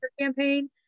campaign